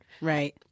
right